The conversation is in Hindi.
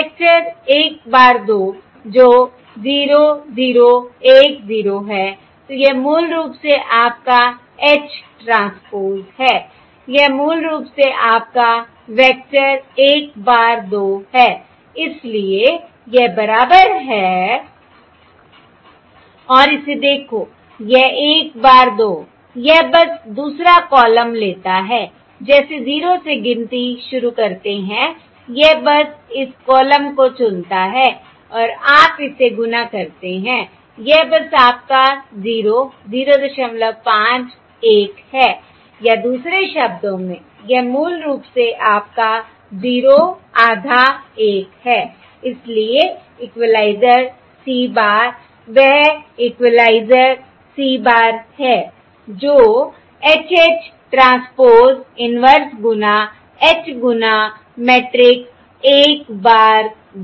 वेक्टर 1 बार 2 जो 0 0 1 0 है तो यह मूल रूप से आपका H ट्रांसपोज़ है यह मूल रूप से आपका वेक्टर 1 बार 2 है इसलिए यह बराबर है और इसे देखो यह 1 bar 2 यह बस दूसरा कॉलम लेता है जैसे 0 से गिनती शुरू करते हैं यह बस इस कॉलम को चुनता है और आप इसे गुणा कर सकते हैं यह बस आपका 0 05 1 है या दूसरे शब्दों में यह मूल रूप से आपका 0 आधा 1 है I इसलिए इक्वलाइज़र c bar वह इक्वलाइज़र c बार है जो H H ट्रांसपोज़ इन्वर्स गुना H गुना मैट्रिक्स 1 बार 2 है